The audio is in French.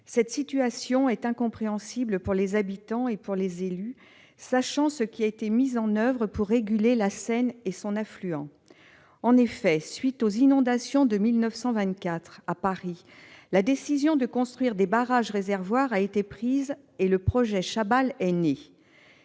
Cette situation est incompréhensible pour les habitants et pour les élus, sachant ce qui a été mis en oeuvre pour réguler la Seine et son affluent. En effet, à la suite des inondations de 1924 à Paris, la décision de construire des barrages-réservoirs a été prise et le projet Chabal est né.